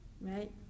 right